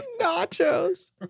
nachos